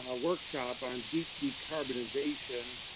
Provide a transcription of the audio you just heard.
ah workshop on deep decarbonization,